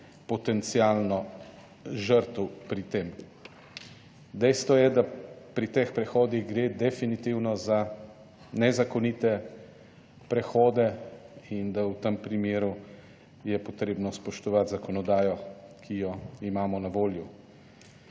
potencialno žrtev pri tem. Dejstvo je, da pri teh prehodih gre definitivno za nezakonite prehode in da v tem primeru je potrebno spoštovati zakonodajo, ki jo imamo na voljo.